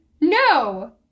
no